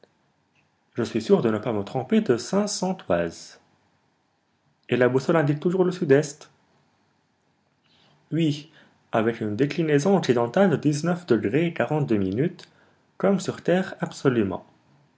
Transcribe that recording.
je suis sûr de ne pas me tromper de cinq cents toises et la boussole indique toujours le sud-est oui avec une déclinaison occidentale de dix-neuf degrés et quarante-deux minutes comme sur terre absolument